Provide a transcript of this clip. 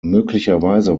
möglicherweise